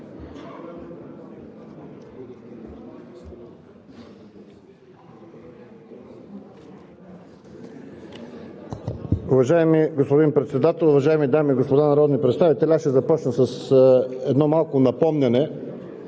Уважаеми господин Председател, уважаеми дами и господа народни представители! Аз ще започна с едно малко напомняне.